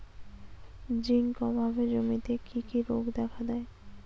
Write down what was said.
Zinc অভাবে জমিতে কি কি রোগ দেখাদেয়?